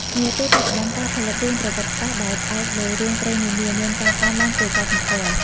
នាពេលបច្ចុប្បន្ន ការផលិតរឿងប្រវត្តិសាស្ត្រ ដែលផ្អែកលើរឿងព្រេងនានា មានការកើនឡើងគួរឲ្យកត់សម្គាល់។